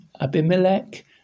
Abimelech